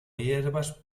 hierbas